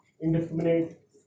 indiscriminate